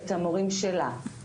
את המורים שלה,